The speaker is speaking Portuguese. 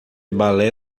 balé